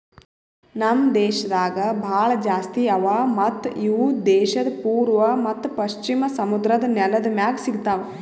ನಮ್ ದೇಶದಾಗ್ ಭಾಳ ಜಾಸ್ತಿ ಅವಾ ಮತ್ತ ಇವು ದೇಶದ್ ಪೂರ್ವ ಮತ್ತ ಪಶ್ಚಿಮ ಸಮುದ್ರದ್ ನೆಲದ್ ಮ್ಯಾಗ್ ಸಿಗತಾವ್